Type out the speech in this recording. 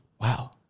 Wow